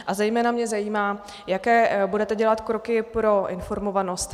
A zejména mě zajímá, jaké budete dělat kroky pro informovanost.